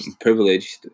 Privileged